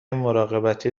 مراقبتی